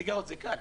זה קל.